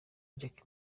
jackie